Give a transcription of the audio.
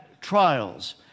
trials